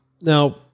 Now